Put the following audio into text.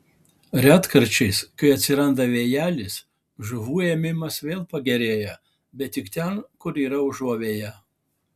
retkarčiais kai atsiranda vėjelis žuvų ėmimas vėl pagerėja bet tik ten kur yra užuovėja